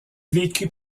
vécut